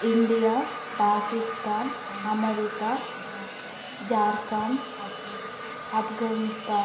India Pakistan America Jharkhand Afghanistan